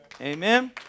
Amen